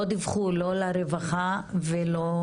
לא דיווחו לא לרווחה ולא